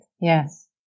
Yes